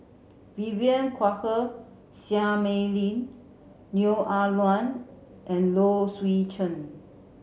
Vivien Quahe Seah Mei Lin Neo Ah Luan and Low Swee Chen